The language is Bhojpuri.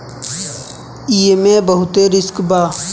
एईमे बहुते रिस्क बा